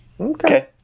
Okay